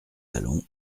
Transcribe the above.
allons